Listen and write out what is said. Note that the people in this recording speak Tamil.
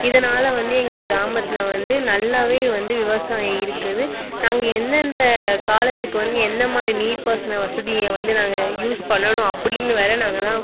இதனால் வந்து எங்கள் கிராமத்தில் வந்து நல்லாவே வந்து விவசாயம் இருக்குது நாங்கள் எந்த எந்த காலத்துக்கு வந்து எந்தமாதிரி நீர் பாசன வசதியை வந்து நாங்கள் யூஸ் பண்ணணும் அப்படின்னு வேற நாங்கெல்லாம்